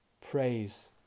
Praise